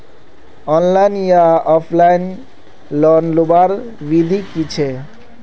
Online या offline loan लुबार विधि की छे?